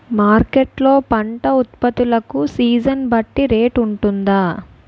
Market లొ పంట ఉత్పత్తి లకు సీజన్ బట్టి రేట్ వుంటుందా?